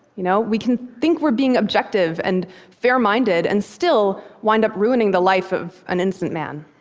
you know we can think we're being objective and fair-minded and still wind up ruining the life of an innocent man.